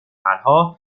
راهحلها